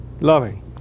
loving